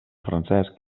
francesc